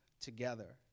together